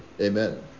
Amen